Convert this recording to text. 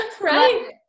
Right